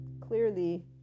clearly